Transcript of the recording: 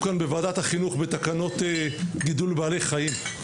כאן בוועדת החינוך בתקנות גידול בעלי חיים.